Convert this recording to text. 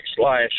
slash